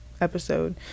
episode